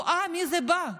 או-אה, מי זה בא?